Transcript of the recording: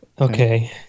Okay